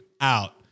out